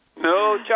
No